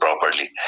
properly